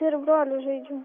ir broliu žaidžiu